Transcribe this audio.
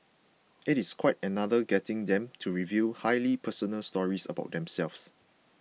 it is quite another getting them to reveal highly personal stories about themselves